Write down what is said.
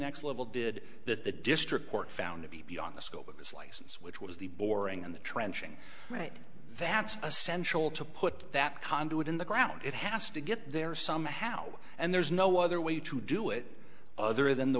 next level did that the district court found to be beyond the scope of this license which was the boring and the trenching right that's essential to put that conduit in the ground it has to get there somehow and there's no other way to do it other than the